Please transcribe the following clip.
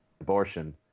abortion